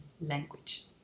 language